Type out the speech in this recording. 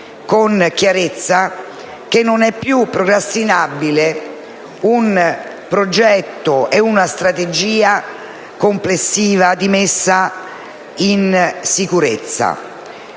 con chiarezza che non sono più procrastinabili un progetto e una strategia complessiva di messa in sicurezza.